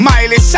Miley